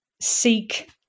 seek